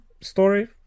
story